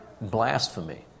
blasphemy